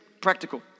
Practical